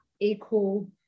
equal